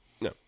No